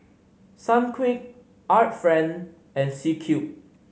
Sunquick Art Friend and C Cube